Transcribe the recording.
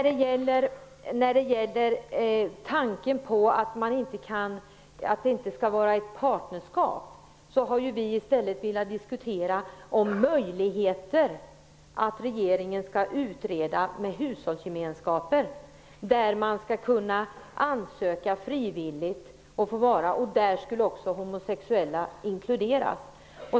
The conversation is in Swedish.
Beträffande tanken om att det inte skall vara ett partnerskap har vi velat diskutera möjligheter. Vi vill att regeringen skall utreda hushållsgemenskaper, som man skall kunna ansöka frivilligt. Där skulle också homosexuella inkluderas.